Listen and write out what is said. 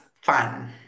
fun